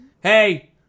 Hey